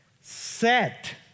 Set